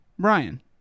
Brian